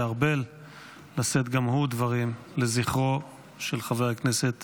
ארבל לשאת גם הוא דברים לזכרו של חבר הכנסת